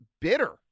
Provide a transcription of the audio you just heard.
bitter